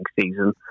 season